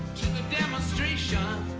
demonstration